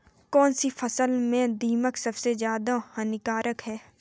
कौनसी फसल में दीमक सबसे ज्यादा हानिकारक है?